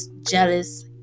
jealous